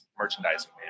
merchandising